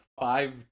five